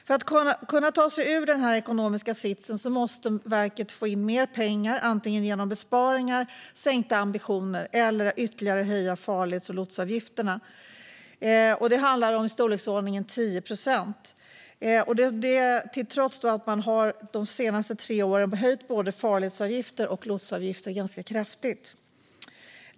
För att kunna ta sig ur denna ekonomiska sits måste verket få in mer pengar genom besparingar, genom sänkta ambitioner eller genom att ytterligare höja farleds och lotsavgifterna. Det handlar om i storleksordningen 10 procent, detta trots att man de senaste tre åren har höjt både farledsavgifter och lotsavgifter ganska kraftigt.